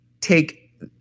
take